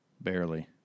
barely